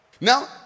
Now